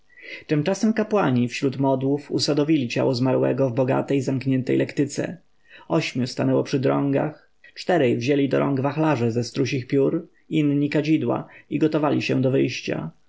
tymczasem kapłani wśród modłów usadowili ciało zmarłego w bogatej zamkniętej lektyce ośmiu stanęło przy drągach czterej wzięli do rąk wachlarze ze strusich piór inni kadzidła i gotowali się do wyjścia